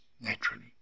naturally